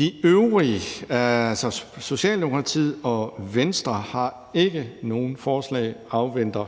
jeg sige, at Socialdemokratiet og Venstre ikke har nogen forslag og afventer